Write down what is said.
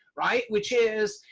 right? which is,